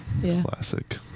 Classic